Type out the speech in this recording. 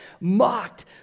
mocked